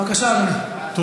בבקשה, אדוני.